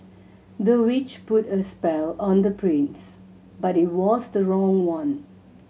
the witch put a spell on the prince but it was the wrong one